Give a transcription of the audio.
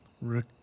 Rick